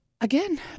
again